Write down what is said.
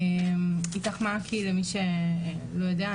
"איתך מעכי" למי שלא יודע,